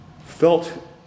felt